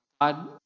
God